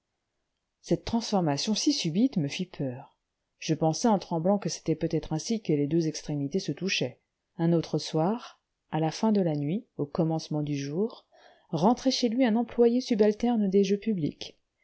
cette transformation si subite me fit peur je pensai en tremblant que c'était peut-être ainsi que les deux extrémités se touchaient un autre soir à la fin de la nuit au commencement du jour rentrait chez lui un employé subalterne des jeux publics